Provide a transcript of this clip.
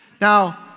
Now